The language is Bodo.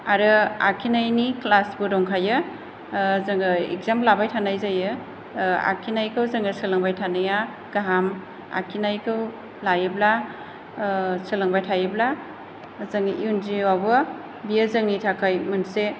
आरो आखिनायनि क्लासबो दंखायो जोङो एग्जाम लाबाय थानाय जायो आखिनायखौ जोङो सोलोंनाया गाहाम आखिनायखौ लायोब्ला सोलोंबाय थायोब्ला जोंनि इयुन जिउआवबो बियो जोंनि थाखाय मोनसे